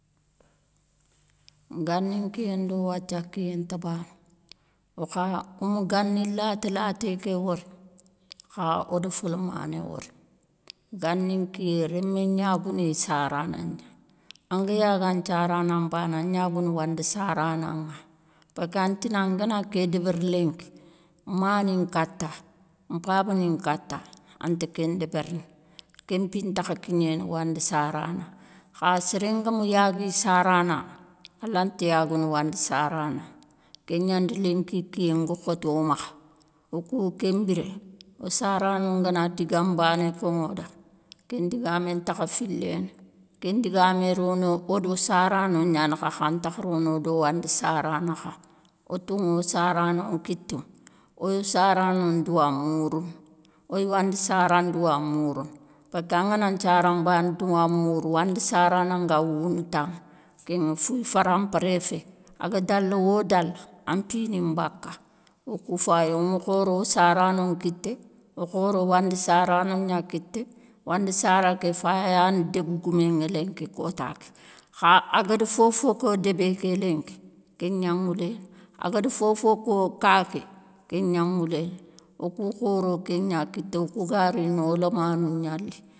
Gani nkiyé ndo wathia kiyé nta bana. Okha oma gani laté laté ké wori, kha oda folamané wori, gani nkiyé, rémé gnagouni sarana gna, anga yagou an nthiarana bané an gnagounou wandi sarana ŋa parkeu antina ngana ké débéri linki, ma ni nkata, mpaba ni nkata, anti kén ndérini, kén mpi takha kignéné, wandi sarana, kha séré ngami, yagui sarana, alanti yagounou wandi sarana, kégnandi linki kiyé ngui khoto o makha, okou kén mbiré o sarano ngana dinga mbané konŋo da, kén ndigamé ntakha filéné, kén ndigamé rono odo sarano gna nakha, kha antakha rono odo wandi sara nakha, otonŋo sarano nkitouŋa, oyo sarano ndouwa mourounou, oy wandi sara ndouwa mourounou, parkeu angana nthiara mbané douwa mourou, wandi sarana nga wounou tanŋe, kénŋa fi farampéré fé, aga dala wo dala, an mpini mbaka, okou fayi oma khoro o sarano nkité, okhoro wandi sarano gna kité, wandi sara ké fayi ayani, débégouméŋa lenki kota ké. Kha agadi fofo ko débé ké linki, kéngna mouléné, agada fofo ko kaké kéngna mouléné, okou khoro kéngna kéta okou ga rini o lamanou gna li.